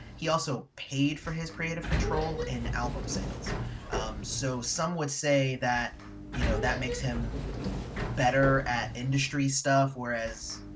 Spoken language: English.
he also paid for his creative control in album sales so some would say that you know that makes him better at industry stuff, whereas.